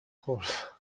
خورد